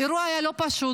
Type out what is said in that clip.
האירוע היה לא פשוט,